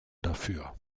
dafür